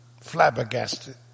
Flabbergasted